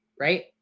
Right